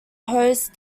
host